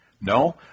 No